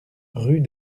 rue